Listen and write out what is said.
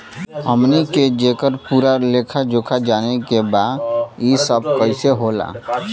हमनी के जेकर पूरा लेखा जोखा जाने के बा की ई सब कैसे होला?